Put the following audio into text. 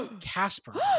Casper